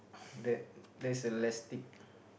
that that's a lastik